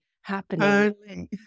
happening